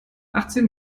achtzehn